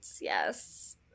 yes